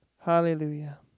Hallelujah